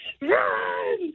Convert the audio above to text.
run